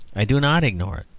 i do not ignore it.